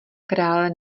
krále